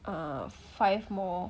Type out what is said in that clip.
err five more